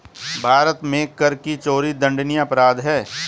भारत में कर की चोरी दंडनीय अपराध है